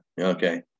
Okay